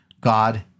God